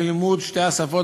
ללימוד שתי השפות,